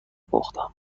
پختم